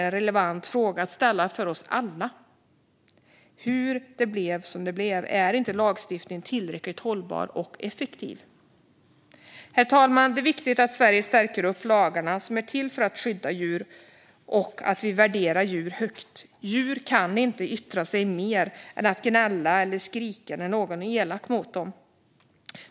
En relevant fråga för oss alla att ställa här är hur det blev som det blev. Är lagstiftningen inte tillräckligt hållbar och effektiv? Herr talman! Det är viktigt att Sverige stärker de lagar som är till för att skydda djur och att vi värderar djur högt. Djur kan inte yttra sig mer än att gnälla eller skrika när någon är elak mot dem.